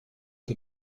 que